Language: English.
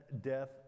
death